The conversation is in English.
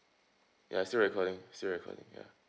ya still recording still recording ya